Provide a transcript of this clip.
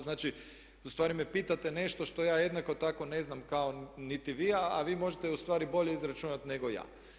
Znači, u stvari me pitate nešto što ja jednako tako ne znam kao niti vi, a vi možete u stvari bolje izračunati nego ja.